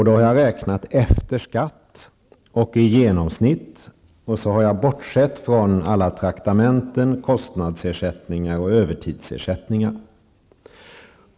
Då har jag räknat efter skatt och i genomsnitt, och jag har bortsett från alla traktamenten, kostnadsersättningar och övertidsersättningar.